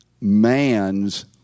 man's